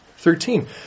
Thirteen